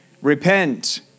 Repent